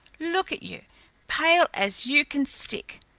look at you pale as you can stick.